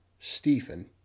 Stephen